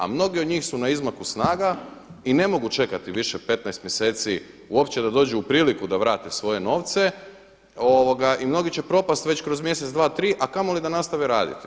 A mnogi od njih su na izmaku snaga i ne mogu čekati više 15 mjeseci uopće da dođu u priliku da vrate svoje novce i mnogi će propasti već kroz mjesec, dva, tri, a kamoli da nastave raditi.